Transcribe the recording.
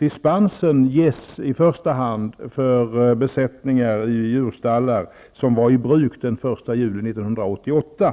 Dispenser ges i första hand till besättningar i djurstallar som var i bruk den 1 juli 1988.